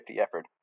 effort